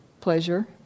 pleasure